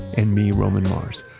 and me, roman mars.